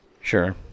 Sure